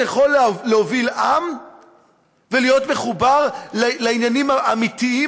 זה בן-אדם שיכול להוביל עם ולהיות מחובר לעניינים האמיתיים,